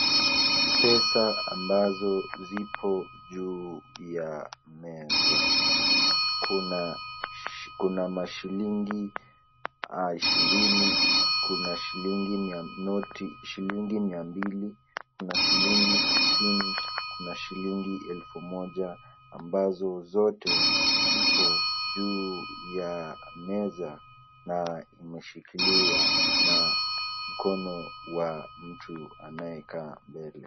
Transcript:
Pesa ambazo zipo juu ya meza kuna mashilingi ishirini, kuna shilingi noti shilingi mia mbili, kuna shilingi hamsini, kuna shilingi elfu moja ambazo zote zipo juu ya meza na imeshikiliwa na mkono wa mtu anayekaa mbele.